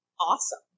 awesome